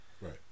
Right